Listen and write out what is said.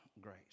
grace